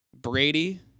Brady